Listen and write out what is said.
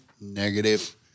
Negative